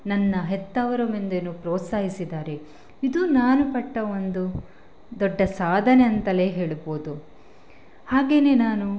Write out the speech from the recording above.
ನನ್ನ ಹೆತ್ತವರ ಮುಂದೇನೂ ಪ್ರೋತ್ಸಾಹಿಸಿದ್ದಾರೆ ಇದು ನಾನು ಪಟ್ಟ ಒಂದು ದೊಡ್ಡ ಸಾಧನೆ ಅಂತಲೇ ಹೇಳ್ಬೋದು ಹಾಗೆಯೇ ನಾನು